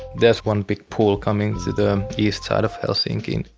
there's one big pool coming to the east side of helsinki.